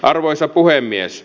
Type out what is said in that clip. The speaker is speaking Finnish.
arvoisa puhemies